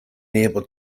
able